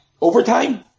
Overtime